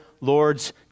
Lord's